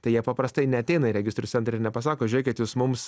tai jie paprastai neateina į registrų centrą ir nepasako žiūrėkit jūs mums